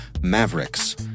Mavericks